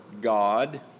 God